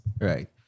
Right